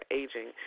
aging